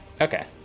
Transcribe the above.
okay